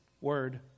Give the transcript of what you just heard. word